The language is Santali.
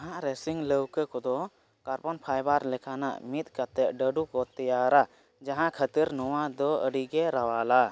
ᱱᱟᱦᱟᱜ ᱨᱮᱥᱤᱝ ᱞᱟᱹᱣᱠᱟᱹ ᱠᱚᱫᱚ ᱠᱟᱨᱵᱚᱱ ᱯᱷᱟᱭᱵᱟᱨ ᱞᱮᱠᱟᱱᱟᱜ ᱢᱤᱫ ᱠᱟᱛᱮᱫ ᱰᱟᱹᱰᱩᱠᱚ ᱛᱮᱭᱟᱨᱟ ᱡᱟᱦᱟᱸ ᱠᱷᱟᱹᱛᱤᱨ ᱱᱚᱣᱟᱫᱚ ᱟᱹᱰᱤᱜᱮ ᱨᱟᱣᱟᱞᱟ